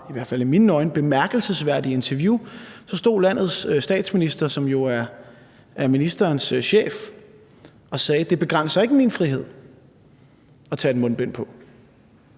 i hvert fald i mine øjne, bemærkelsesværdige interview, stod landets statsminister, som jo er ministerens chef, og sagde: Det begrænser ikke min frihed at tage et mundbind på.